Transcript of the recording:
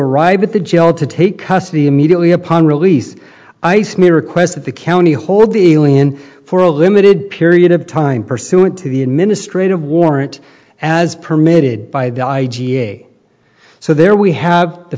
arrive at the jail to take custody immediately upon release ice may request that the county hold the alien for a limited period of time pursuant to the administrative warrant as permitted by the i g a so there we have the